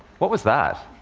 what was that?